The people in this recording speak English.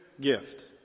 gift